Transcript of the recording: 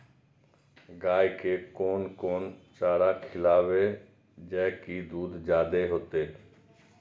गाय के कोन कोन चारा खिलाबे जा की दूध जादे होते?